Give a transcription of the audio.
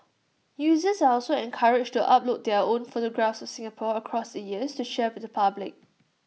users are also encouraged to upload their own photographs of Singapore across the years to share with the public